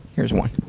here's one.